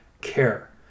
care